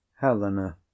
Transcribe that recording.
helena